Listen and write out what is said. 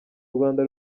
rwanda